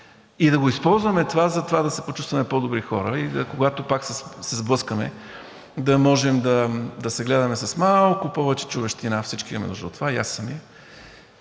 и да го използваме за това да се почувстваме по-добри хора и когато пак се сблъскаме, да можем да се гледаме с малко повече човещина. Всички имаме нужда от това – и аз самият.